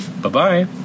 Bye-bye